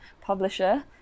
publisher